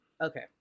Okay